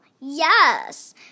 Yes